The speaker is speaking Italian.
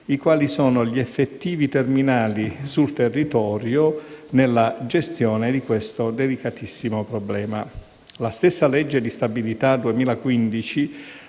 i quali sono gli effettivi terminali sul territorio di questo delicatissimo problema. La stessa legge di stabilità 2015